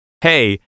Hey